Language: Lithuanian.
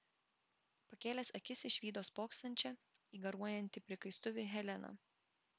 pakėlęs akis išvydo spoksančią į garuojantį prikaistuvį heleną